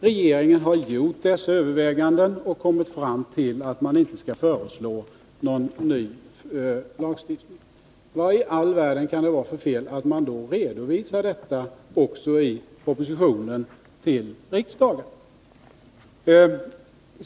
Regeringen har gjort dessa överväganden och kommit fram till att man inte skall föreslå en ny lagstiftning. Vadi all världen kan det vara för fel att då redovisa detta också i proposition till riksdagen?